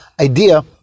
idea